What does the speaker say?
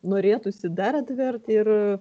norėtųsi dar atverti ir